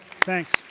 thanks